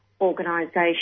organisation